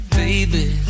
baby